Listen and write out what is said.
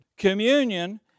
Communion